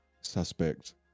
suspect